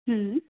હં